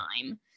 time